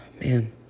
man